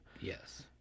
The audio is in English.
Yes